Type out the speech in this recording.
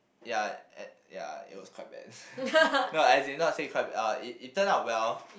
ya uh ya it was quite bad no as in not say quite bad uh it turned out well